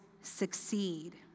succeed